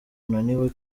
unaniwe